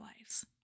lives